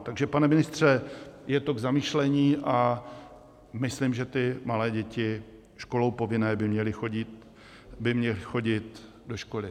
Takže pane ministře, je to k zamyšlení a myslím, že ty malé děti školou povinné by měly chodit do školy.